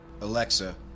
Alexa